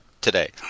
today